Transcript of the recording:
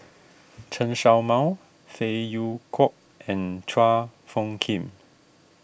Chen Show Mao Phey Yew Kok and Chua Phung Kim